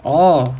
orh